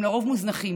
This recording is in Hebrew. הם לרוב מוזנחים,